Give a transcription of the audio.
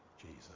Jesus